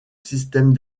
système